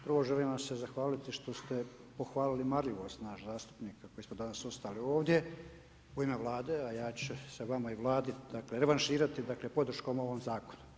Prvo, želim vam se zahvaliti što ste pohvalili marljivost nas zastupnika koji smo danas ostali ovdje u ime Vlade, a ja ću se vama i Vladi dakle revanširati dakle, podrškom ovom zakonu.